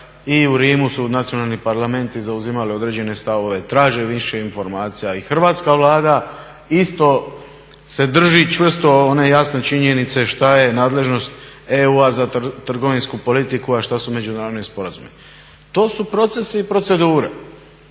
i u Rimu su nacionalni parlamenti zauzimali određene stavove, traže više informacija i hrvatska Vlada isto se drži čvrsto one jasne činjenice šta je nadležnost EU-a za trgovinsku politiku a što su međunarodni sporazumi. To su procesi i procedure.